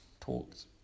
talks